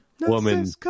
Woman